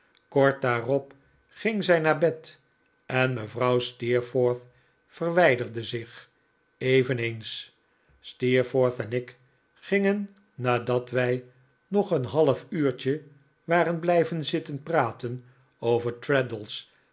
kort daarop ging zij naar bed en mevrouw steerforth verwijderde zich eveneens steerforth en ik gingen nadat wij nog een half uurtje waren blijven zitten praten over